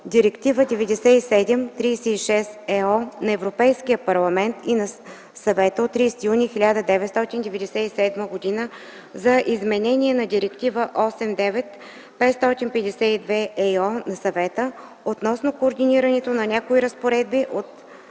Директива 97/36/ЕО на Европейския парламент и на Съвета от 30 юни 1997 г. за изменение на Директива 89/552/ЕИО на Съвета относно координирането на някои разпоредби от